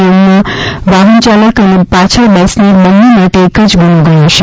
નિયમમાં વાહનચાલક અને પાછળ બેસનાર બંને માટે એક જ ગુન્નો ગણાશે